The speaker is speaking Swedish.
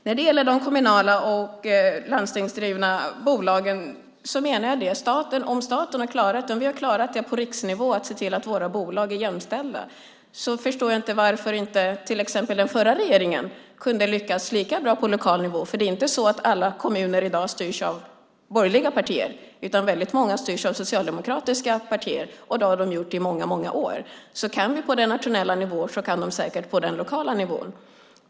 När det gäller de kommunala och landstingsdrivna bolagen menar jag att när vi på riksnivå har klarat att se till att våra bolag är jämställda, förstår jag inte varför den förra regeringen inte lyckades lika bra på lokal nivå. Det är ju inte så att alla kommuner i dag styrs av borgerliga partier, utan väldigt många styrs av Socialdemokraterna, och det har de gjort i många, många år. Så kan vi på den nationella nivån kan de säkert också på den lokala nivån.